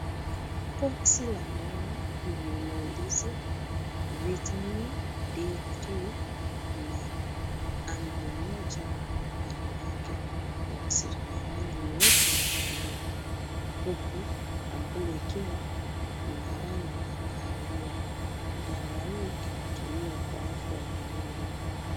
Boksi la dawa lenye mandizi Vitamin D3 Kuna hamri moja kando yake, boksi lina rangi nyeupe na buluu huku ampuli ikiwa na rangi ya kahawia. Dawa hii inatumiwa kwa afya ya mwili.